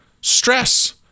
stress